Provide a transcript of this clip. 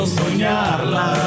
soñarla